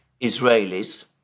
Israelis